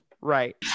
Right